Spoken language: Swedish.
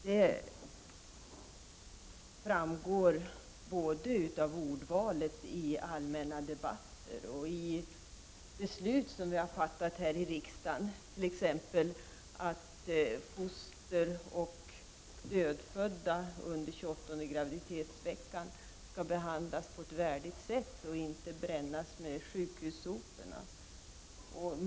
Det framgår av ordvalet både i allmänna debatter och i de beslut som vi har fattat häri riksdagen. Foster och dödfödda under 28:e graviditetsveckan måste behandlas på ett värdigt sätt och inte brännas med sjukhussoporna.